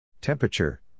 Temperature